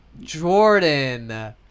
Jordan